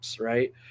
right